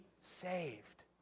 saved